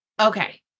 Okay